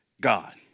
God